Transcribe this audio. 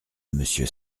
monsieur